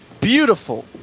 beautiful